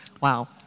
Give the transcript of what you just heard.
Wow